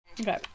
Okay